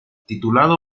titulado